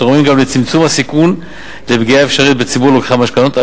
התורמים גם לצמצום הסיכון לפגיעה אפשרית בציבור לוקחי המשכנתאות,